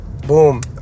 Boom